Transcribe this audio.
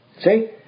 See